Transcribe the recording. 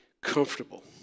comfortable